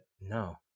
no